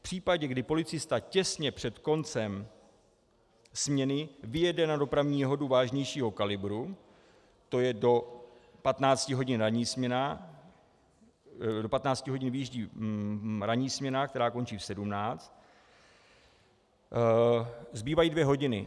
V případě, kdy policista těsně před koncem směny vyjede na dopravní nehodu vážnějšího kalibru, to je do 15 hodin ranní směna do 15 hodin vyjíždí ranní směna, která končí v 17, zbývají 2 hodiny.